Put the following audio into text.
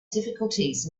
difficulties